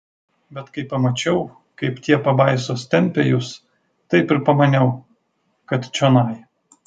bet kai pamačiau kaip tie pabaisos tempia jus taip ir pamaniau kad čionai